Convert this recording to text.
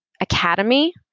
academy